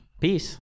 peace